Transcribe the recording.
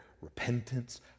repentance